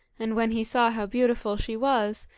and when he saw how beautiful she was,